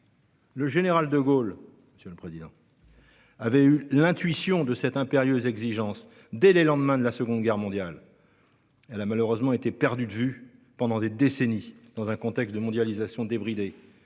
Le général de Gaulle avait eu l'intuition de cette impérieuse exigence dès les lendemains de la Seconde Guerre mondiale. Elle a malheureusement été perdue de vue pendant des décennies, dans un contexte de mondialisation débridée.